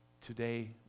today